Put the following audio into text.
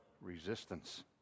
resistance